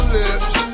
lips